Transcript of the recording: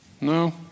No